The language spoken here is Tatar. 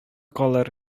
калыр